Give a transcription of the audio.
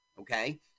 Okay